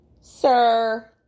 Sir